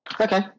Okay